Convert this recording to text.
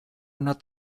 not